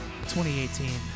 2018